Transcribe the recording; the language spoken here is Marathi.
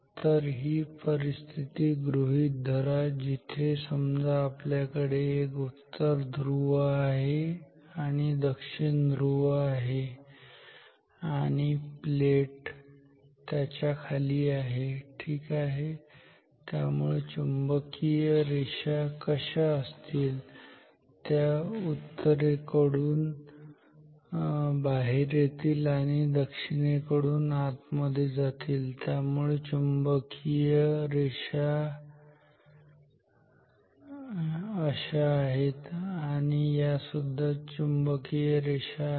तर एक परिस्थिती गृहीत धरा जिथे समजा आपल्याकडे एक उत्तर ध्रुव आहे आणि दक्षिण ध्रुव येथे आहे आणि प्लेट त्याच्याखाली आहे ठीक आहे त्यामुळे चुंबकीय रेषा कशा असतील त्या उत्तरेकडून बाहेर येतील आणि दक्षिणेकडून आत मध्ये जातील त्यामुळे या चुंबकीय रेषा आहेत यासुद्धा चुंबकीय रेषा आहेत